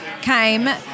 came